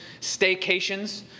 staycations